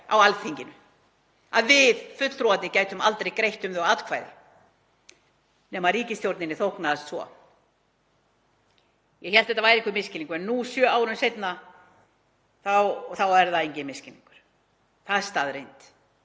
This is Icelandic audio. á Alþingi, að við fulltrúarnir gætum aldrei greitt um þau atkvæði nema ríkisstjórninni þóknaðist svo. Ég hélt að þetta væri einhver misskilningur en nú sjö árum seinna er það enginn misskilningur. Það er staðreynd.